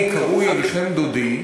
חב"ד.